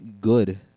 good